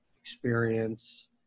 experience